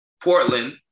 Portland